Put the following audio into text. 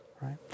right